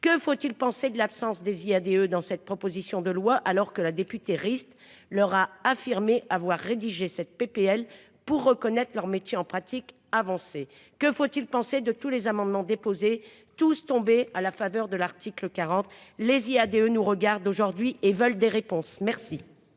que faut-il penser de l'absence des Iade dans cette proposition de loi alors que la députée Rist leur a affirmé avoir rédigé cette PPL pour reconnaître leur métier en pratique avancée, que faut-il penser de tous les amendements déposés tous tombés à la faveur de l'article 40, les IADE nous regarde aujourd'hui et veulent des réponses. Merci.